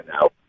now